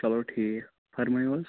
چلو ٹھیٖک فرمٲیِو حظ